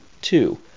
Two